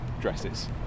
dresses